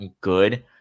good